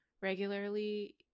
regularly